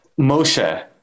Moshe